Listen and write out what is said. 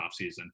offseason